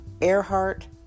Earhart